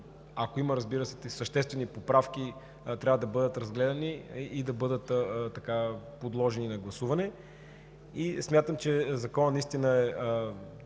ако има съществени поправки, трябва да бъдат разгледани и подложени на гласуване. Смятам, че Законът наистина е